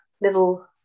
little